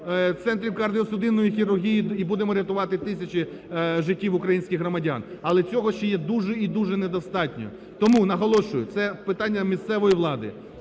центрів кардіосудинної хірургії і будемо рятувати тисячі життів українських громадян, але цього ще є дуже і дуже недостатньо. Тому, наголошую, це питання місцевої влади,